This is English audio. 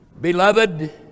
Beloved